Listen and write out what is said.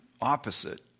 opposite